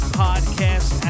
podcast